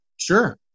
Sure